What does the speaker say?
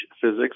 physics